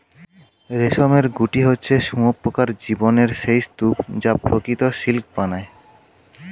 রেশমের গুটি হচ্ছে শুঁয়োপোকার জীবনের সেই স্তুপ যা প্রকৃত সিল্ক বানায়